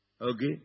Okay